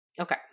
okay